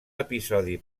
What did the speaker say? episodi